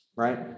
Right